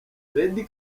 meddie